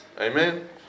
Amen